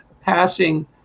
passing